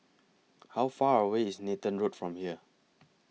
How Far away IS Nathan Road from here